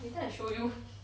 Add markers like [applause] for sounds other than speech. later I show you [laughs]